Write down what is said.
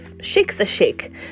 shakes-a-shake